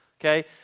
Okay